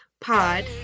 Pod